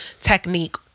technique